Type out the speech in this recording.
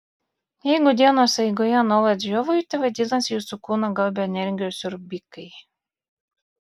jeigu dienos eigoje nuolat žiovaujate vadinasi jūsų kūną gaubia energijos siurbikai